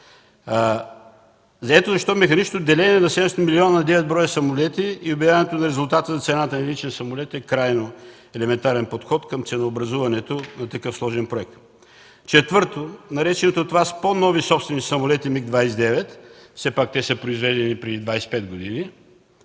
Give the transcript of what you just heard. Ето защо механичното делене на средствата на 9 броя самолети и обявяването на резултата за цената на единичен самолет е крайно елементарен подход към ценообразуването за такъв сложен проект. Четвърто, наречените от Вас по-нови самолети МиГ-29, все пак са произведени преди 25 години.